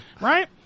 Right